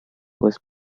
was